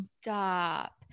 Stop